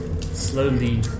slowly